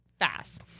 Fast